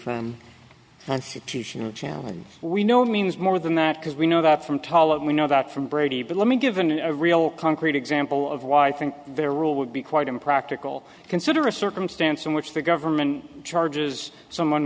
jan we know it means more than that because we know that from tolland we know that from brady but let me given a real concrete example of why i think their role would be quite impractical consider a circumstance in which the government charges someone